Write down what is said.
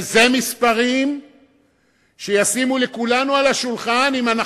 אלה מספרים שישימו לכולנו על השולחן אם,